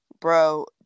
Bro